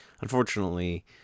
unfortunately